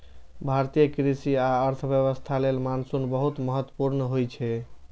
भारतीय कृषि आ अर्थव्यवस्था लेल मानसून बहुत महत्वपूर्ण होइ छै